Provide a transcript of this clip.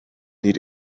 need